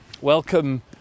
Welcome